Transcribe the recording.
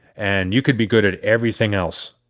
and you could be good at everything else,